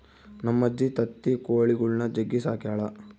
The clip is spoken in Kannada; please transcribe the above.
ನಮ್ಮಜ್ಜಿ ತತ್ತಿ ಕೊಳಿಗುಳ್ನ ಜಗ್ಗಿ ಸಾಕ್ಯಳ